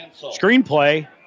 screenplay